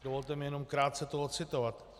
Dovolte mi jenom krátce to ocitovat.